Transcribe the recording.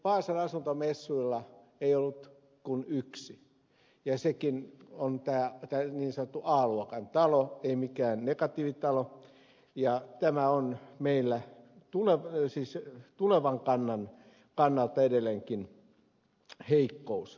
vaasan asuntomessuilla ei ollut kuin yksi ja sekin on tämä niin sanottu a luokan talo ei mikään negatiivitalo ja tämä on meillä siis tulevan kannan kannalta edelleenkin heikkous